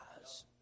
eyes